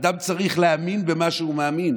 אדם צריך להאמין במה שהוא מאמין,